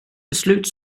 beslut